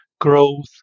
growth